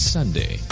Sunday